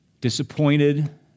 disappointed